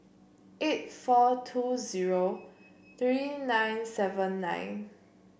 eight four two zero three nine seven nine